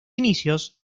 inicios